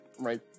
right